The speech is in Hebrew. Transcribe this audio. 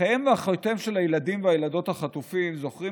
אחיהם ואחיותיהם של הילדים והילדות החטופים זוכרים